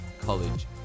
college